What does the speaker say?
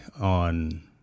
on